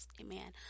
Amen